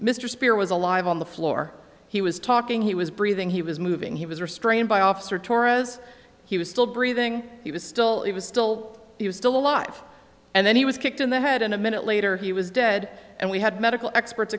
mr spear was alive on the floor he was talking he was breathing he was moving he was restrained by officer torres he was still breathing he was still it was still he was still alive and then he was kicked in the head and a minute later he was dead and we had medical experts